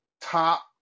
top